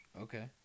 Okay